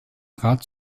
rat